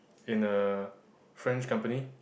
in a French company